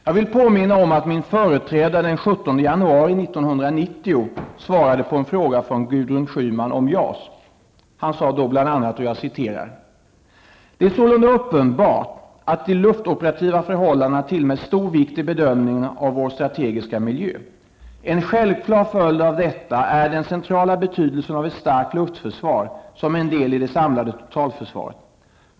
Jag vill påminna om att min företrädare den 17 januari 1990 svarade på en fråga från Gudrun Schyman om JAS. Han sade då bl.a.: ''Det är sålunda uppenbart att de luftoperativa förhållandena tillmäts stor vikt i bedömningen av vår strategiska miljö. En självklar följd av detta är den centrala betydelsen av ett starkt luftförsvar som en del i det samlade totalförsvaret.